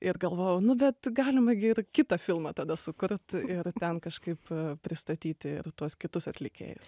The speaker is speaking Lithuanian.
ir galvojau nu bet galima gi ir kitą filmą tada sukurt ir ten kažkaip pristatyti ir tuos kitus atlikėjus